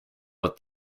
but